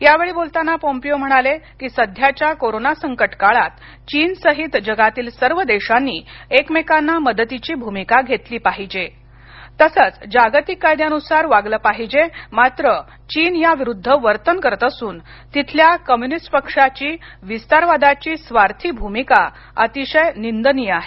यावेळी बोलताना पोम्पियो म्हणाले की सध्याच्या कोरोना संकट काळात चीन सहित जगातील सर्व देशांनी एकमेकांना मदतीची भूमिका घेतली पाहिजे तसच जागतिक कायद्यानुसार वागले पाहिजे मात्र चीन या विरुद्ध वर्तन करत असून तिथल्या कम्युनिस्ट पक्षाची विस्तार्वादाची स्वार्थी भूमिका अतिशय निंदनीय आहे